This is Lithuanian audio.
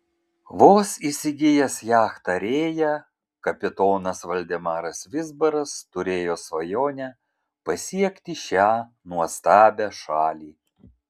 vos įsigijęs jachtą rėja kapitonas valdemaras vizbaras turėjo svajonę pasiekti šią nuostabią šalį